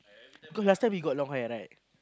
cause last time he got long hair right